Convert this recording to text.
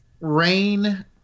Rain